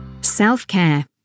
Self-care